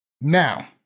Now